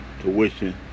tuition